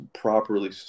properly